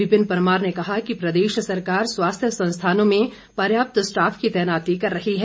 विपिन परमार ने कहा कि प्रदेश सरकार स्वास्थ्य संस्थानों में पर्याप्त स्टाफ की तैनाती कर रही है